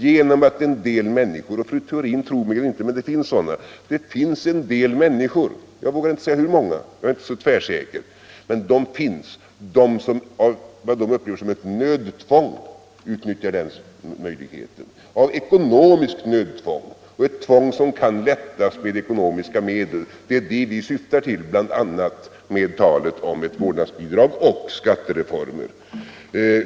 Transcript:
Fru Theorin må tro mig eller inte, men det finns en del människor — jag vågar inte säga hur många, jag är inte så tvärsäker — som upplever det så att de av ekonomiskt nödtvång utnyttjar denna möjlighet, ett nödtvång som kan lättas med ekonomiska medel. Det är bl.a. det vi syftar till med talet om vårdnadsbidrag och skattereformer.